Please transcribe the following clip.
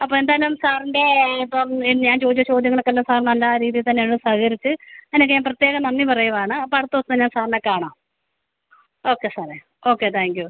അപ്പോൾ എന്തായാലും സാറിൻ്റെ ഇപ്പം ഞാൻ ചോദിച്ച ചോദ്യങ്ങൾ എല്ലം സാറ് നല്ല രീതി തന്നെയാണ് സഹകരിച്ച് അതിനൊക്കെ പ്രത്യേകം നന്ദി പറയുവാണ് അപ്പോൾ അടുത്ത ദിവസം ഞാൻ സാറിനെ കാണാം ഓക്കെ സാറേ ഓക്കെ താങ്ക് യൂ